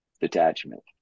detachment